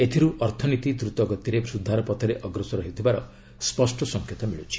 ଏଥିରୁ ଅର୍ଥନୀତି ଦ୍ରତଗତିରେ ସୁଧାର ପଥରେ ଅଗ୍ରସର ହେଉଥିବାର ସ୍ୱଷ୍ଟ ସଙ୍କେତ ମିଳୁଛି